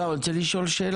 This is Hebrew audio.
לא, אבל אני רוצה לשאול שאלה.